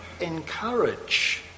encourage